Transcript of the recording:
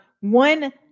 one